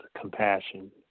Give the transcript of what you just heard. compassion